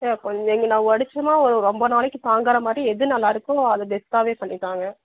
sir கொஞ்சம் இங்கே நான் உடச்சமா ஒரு ரொம்ப நாளைக்கு தாங்கிற மாதிரி எது நல்லாயிருக்கோ அதை பெஸ்ட்டாகவே பண்ணி தாங்க